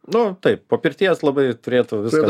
nu taip po pirties labai turėtų viskas